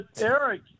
Eric